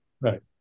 Right